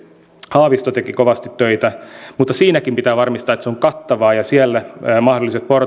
haavisto teki kovasti töitä mutta siinäkin pitää varmistaa että se on kattavaa ja siellä mahdolliset